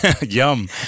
Yum